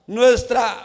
nuestra